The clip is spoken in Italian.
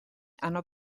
hanno